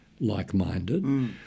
like-minded